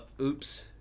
oops